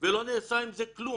ולא נעשה עם זה כלום.